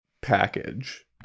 package